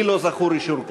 לי לא זכור אישור כזה.